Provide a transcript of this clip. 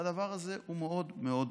והדבר הזה הוא מאוד מאוד פשוט.